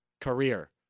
career